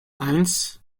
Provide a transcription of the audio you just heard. eins